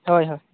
ᱦᱳᱭ ᱦᱳᱭ